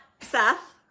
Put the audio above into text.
Seth